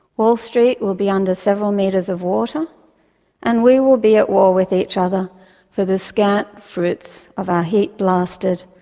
wall street will be under several meters of water and we will be at war with each other for the scant fruits of our heat-blasted,